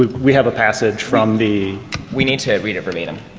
we we have a passage from the we need to read verbatim.